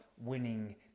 winning